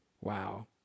Wow